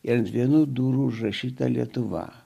ir vienų durų užrašyta lietuva